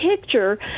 picture